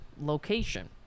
location